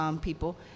people